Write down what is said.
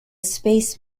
space